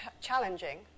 challenging